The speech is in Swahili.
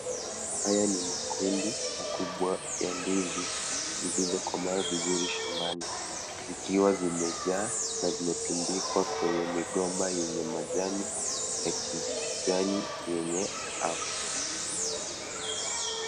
Haya ni makundi makubwa ya ndizi zilizo komaa vizuri, shambani zikiwa zimejaa na zimetundikwa kwenye migomba yenye majani ya kijani yenye afya.